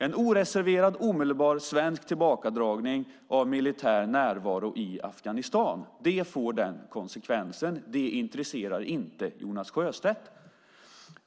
En oreserverad omedelbar svensk tillbakadragning av militär närvaro i Afghanistan får den konsekvensen. Det intresserar inte Jonas Sjöstedt.